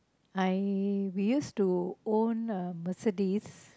I we used to own uh Mercedes